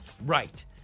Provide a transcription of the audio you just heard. Right